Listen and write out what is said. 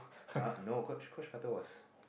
har no coach Coach-Carter was